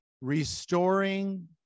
restoring